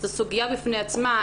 שזו סוגיה בפני עצמה,